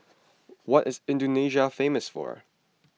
what is Indonesia famous for